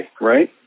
right